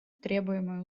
требуемое